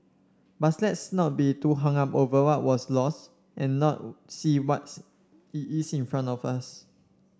but let's not be too hung up over what was lost and not see what's is in front of us